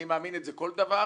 אני מאמין בזה בכל דבר,